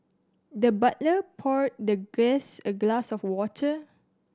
the butler poured the guest a glass of water